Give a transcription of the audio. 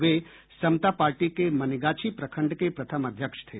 वे Samata party के मनिगाछी प्रखंड के प्रथम अध्यक्ष थे